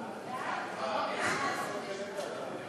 חוק לתיקון פקודת הרוקחים (פטור מבחינות),